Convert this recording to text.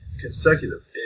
consecutive